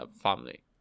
family